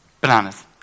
bananas